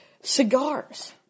Cigars